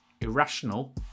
irrational